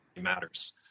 matters